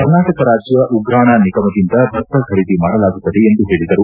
ಕರ್ನಾಟಕ ರಾಜ್ಯ ಉಗ್ರಾಣ ನಿಗಮದಿಂದ ಭತ್ತ ಖರೀದಿ ಮಾಡಲಾಗುತ್ತದೆ ಎಂದು ಹೇಳಿದರು